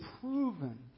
proven